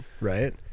right